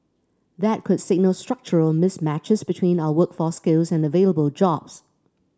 that could signal structural mismatches between our workforce skills and available jobs